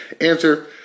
Answer